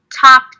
top